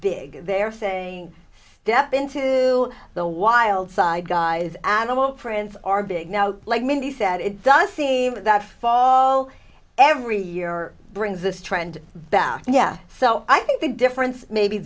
big they're saying depp into the wild side guys animal prints are big now like mini set it does seem that fall every year or brings this trend back yeah so i think the difference maybe